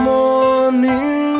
morning